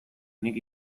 nik